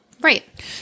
Right